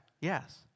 yes